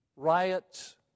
Riots